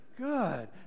Good